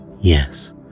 Yes